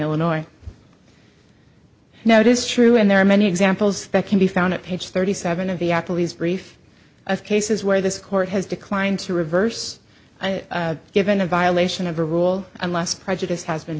illinois now it is true and there are many examples that can be found at page thirty seven of the appleby's brief of cases where this court has declined to reverse given a violation of a rule unless prejudice has been